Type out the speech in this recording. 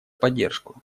поддержку